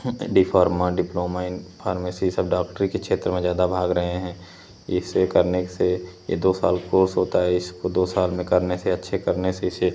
D Pharma diploma in pharmacy सब डॉक्टरी के क्षेत्र में ज़्यादा भाग रहे हैं इसे करने से यह दो साल कोर्स होता है इसको दो साल में करने से अच्छे करने से इसे